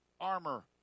armor